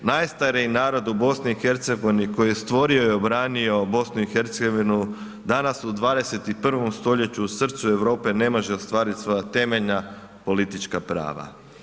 Najstariji narod u BiH koji je stvorio i obranio BiH danas u 21. st. u srcu Europe ne može ostvariti svoja temeljna politička prava.